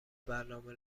برنامه